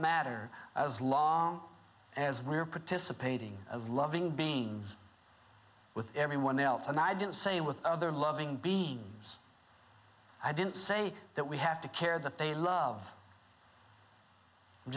matter as long as we're participating as loving beings with everyone else and i didn't say with other loving beings i didn't say that we have to care that they love